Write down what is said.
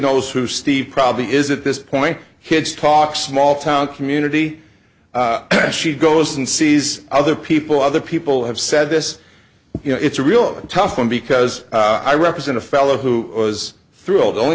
knows who steve probably is at this point his talk small town community and she goes and sees other people other people have said this you know it's a real tough one because i represent a fellow who was through